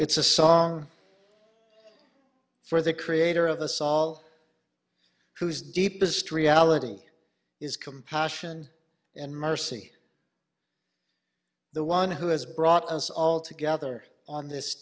it's a song for the creator of us all whose deepest reality is compassion and mercy the one who has brought us all together on this